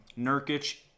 Nurkic